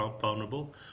vulnerable